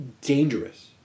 Dangerous